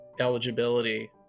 eligibility